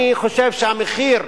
אני חושב שהמחיר,